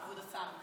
כבוד השר,